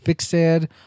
fixed